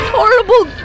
Horrible